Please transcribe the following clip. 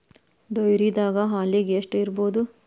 ಡೈರಿದಾಗ ಹಾಲಿಗೆ ಎಷ್ಟು ಇರ್ಬೋದ್?